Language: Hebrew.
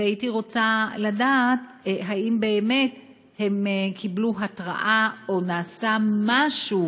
והייתי רוצה לדעת אם באמת הם קיבלו התראה או נעשה משהו